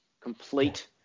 complete